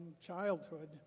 childhood